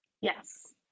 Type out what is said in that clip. Yes